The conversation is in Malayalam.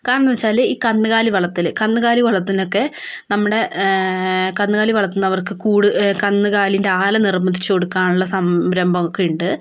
കാരണമെന്നുവെച്ചാൽ ഈ കന്നുകാലി വളർത്തൽ കന്നുകാലി വളർത്തലിനൊക്കെ നമ്മുടെ കന്നുകാലി വളർത്തുന്നവർക്ക് കൂട് കന്നുകാലിൻ്റെ ആല നിർമിച്ചു കൊടുക്കാനുള്ള സംരംഭം ഒക്കെയുണ്ട്